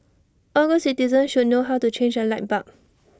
all good citizens should know how to change A light bulb